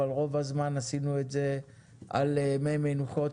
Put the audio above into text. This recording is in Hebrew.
אבל רוב הזמן עשינו את זה על מי מנוחות.